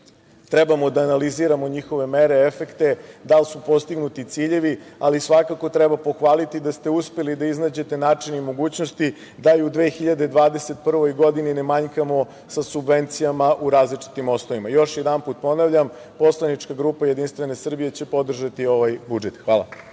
Trebamo da analiziramo njihove mere, efekte, da li su postignuti ciljevi, ali svakako treba pohvaliti da ste uspeli da iznađete način i mogućnosti da i u 2021. godini ne manjkamo sa subvencijama u različitim osnovama. Još jednom ponavljam, poslanička grupa JS će podržati ovaj budžet. Hvala.